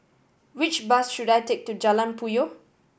which bus should I take to Jalan Puyoh